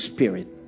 Spirit